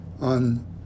on